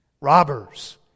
Robbers